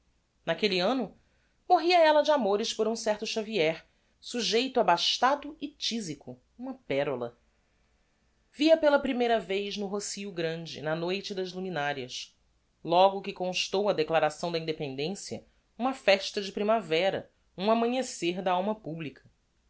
naquelle anno morria ella de amores por um certo xavier sujeito abastado e tisico uma perola vi-a pela primeira vez no rocio grande na noite das luminarias logo que constou a declaração da independencia uma festa de primavera um amanhecer da alma publica